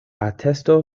atesto